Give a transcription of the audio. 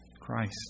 Christ